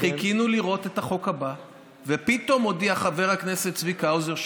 חיכינו לראות את החוק הבא ופתאום הודיע חבר הכנסת צביקה האוזר,